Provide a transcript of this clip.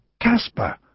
Casper